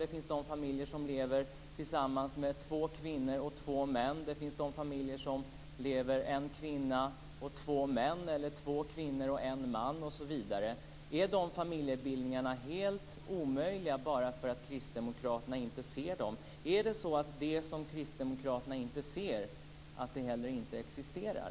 Det finns de familjer där två kvinnor och två män lever tillsammans. Det finns familjer som består av en kvinna och två män, eller två kvinnor och en man, osv. Är de familjebildningarna helt omöjliga bara för att kristdemokraterna inte ser dem? Är det så att det som kristdemokraterna inte ser inte heller existerar?